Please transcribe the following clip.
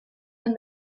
and